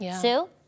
Sue